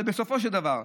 אבל בסופו של דבר,